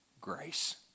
grace